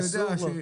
אסור לו.